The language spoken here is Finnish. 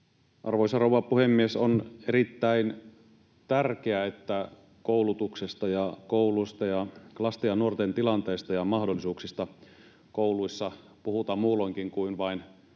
Arvoisa rouva puhemies! On erittäin tärkeää, että koulutuksesta ja kouluista ja lasten ja nuorten tilanteista ja mahdollisuuksista kouluissa puhutaan muulloinkin kuin vain